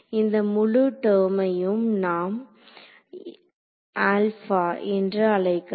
இந்த முழு டெர்மையும் நாம் என்று அழைக்கலாம்